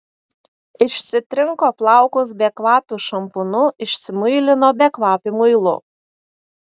išsitrinko plaukus bekvapiu šampūnu išsimuilino bekvapiu muilu